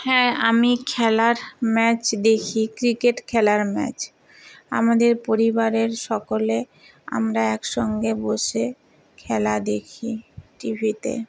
হ্যাঁ আমি খেলার ম্যাচ দেখি ক্রিকেট খেলার ম্যাচ আমাদের পরিবারের সকলে আমরা একসঙ্গে বসে খেলা দেখি টিভিতে